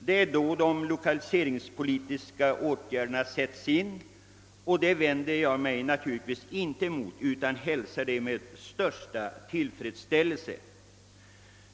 Det är då de lokaliseringspolitiska åtgärderna sätts in. Jag vänder mig naturligtvis inte heller mot detta utan hälsar det med största tillfredsställelse.